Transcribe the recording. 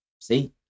See